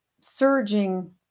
surging